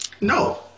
No